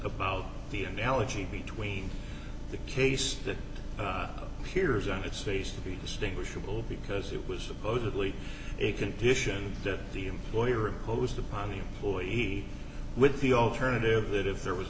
about the analogy between the case that appears on its face to be distinguishable because it was supposedly a condition that the employer imposed upon the employee with the alternative that if there was